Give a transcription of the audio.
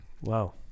Wow